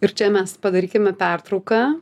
ir čia mes padarykime pertrauką